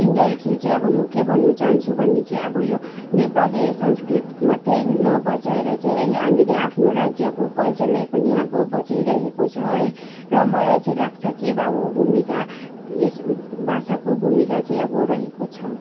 indirectly चाहिँ अब म के भन्नु चाहन्छु भने चाहिँ अब यो नेपाली संस्कृति मात्रै नबचाएर चाहिँ है हामीले आफ्नो राज्यको कल्चरलाई पनि अब बचाइरहेको छ है र मलाई चाहिँ लाग्छ कि अब भूमिका यस भाषाको भूमिका चाहिँ अब रहेको छ